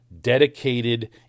dedicated